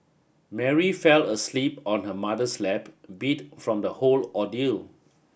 Mary fell asleep on her mother's lap beat from the whole ordeal